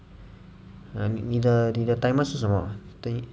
额你的你的 timer 是什么